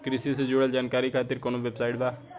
कृषि से जुड़ल जानकारी खातिर कोवन वेबसाइट बा?